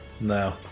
No